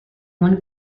one